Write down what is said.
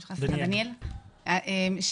לדניאל,